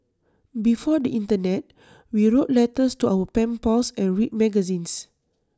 before the Internet we wrote letters to our pen pals and read magazines